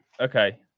okay